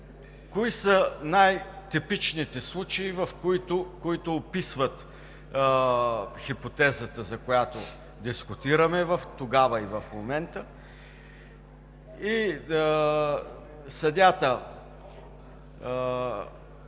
кои са най-типичните случаи, които описват хипотезата, която дискутирахме тогава и в момента. Съдията